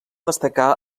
destacar